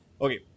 Okay